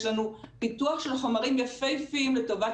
יש לנו פיתוח של חומרים יפהפיים לטובת